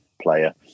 player